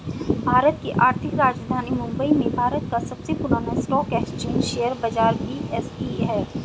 भारत की आर्थिक राजधानी मुंबई में भारत का सबसे पुरान स्टॉक एक्सचेंज शेयर बाजार बी.एस.ई हैं